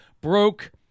broke